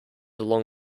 along